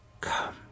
Come